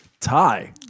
Tie